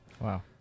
Wow